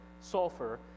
sulfur